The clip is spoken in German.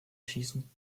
schießen